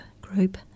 group